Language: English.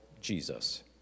Jesus